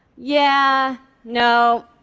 yeah, no,